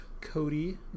Cody